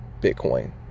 Bitcoin